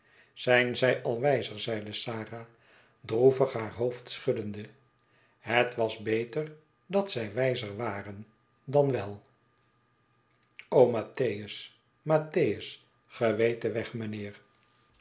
zijn zij al wijzer zeide sara droevig haar hoofd schuddende het was beter dat zij wijzer waren dan wel mattheus mattheus ge weet den weg